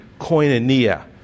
koinonia